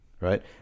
Right